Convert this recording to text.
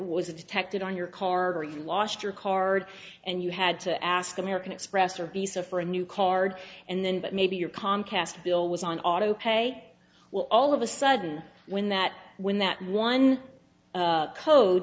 was a detected on your card or lost your card and you had to ask american express or bisa for a new card and then but maybe your comcast bill was on auto pay well all of a sudden when that when that one code